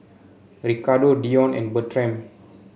Ricardo Dion and Bertram